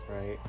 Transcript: Right